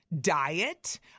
diet